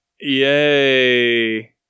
Yay